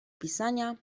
pisania